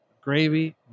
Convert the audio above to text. gravy